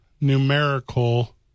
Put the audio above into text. numerical